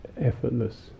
effortless